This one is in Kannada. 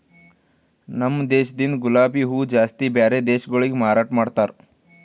ನಮ ದೇಶದಿಂದ್ ಗುಲಾಬಿ ಹೂವ ಜಾಸ್ತಿ ಬ್ಯಾರೆ ದೇಶಗೊಳಿಗೆ ಮಾರಾಟ ಮಾಡ್ತಾರ್